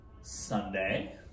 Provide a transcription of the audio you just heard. Sunday